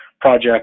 project